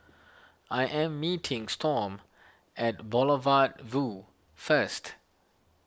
I am meeting Storm at Boulevard Vue first